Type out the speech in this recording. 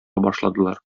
башладылар